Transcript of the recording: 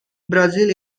brazil